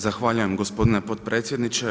Zahvaljujem gospodine potpredsjedniče.